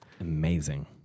Amazing